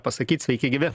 pasakyt sveiki gyvi